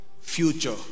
future